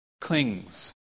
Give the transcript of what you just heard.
Clings